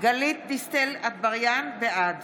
בעד